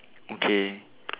okay